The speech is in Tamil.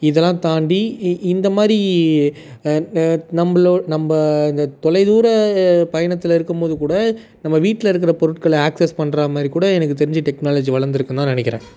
இதெல்லாம் தாண்டி இ இந்தமாதிரி நம்பளோ நம்ப இந்த தொலைதூர பயணத்தில் இருக்கும்போது கூட நம்ப வீட்டில் இருக்கிற பொருட்களை ஆக்ஸஸ் பண்ணுறா மாதிரி கூட எனக்கு தெரிஞ்சு டெக்னாலஜி வளர்ந்துருக்குன்னு தான் நினைக்கிறேன்